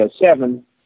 seven